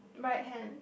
right hand